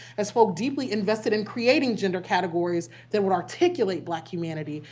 as well deeply invested in creating gender categories that would articulate black humanity.